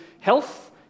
health